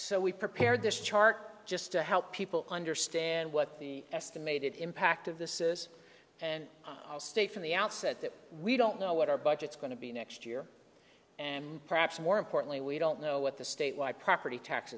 so we prepared this chart just to help people understand what the estimated impact of this is and i'll state from the outset that we don't know what our budgets going to be next year and perhaps more importantly we don't know what the state y property tax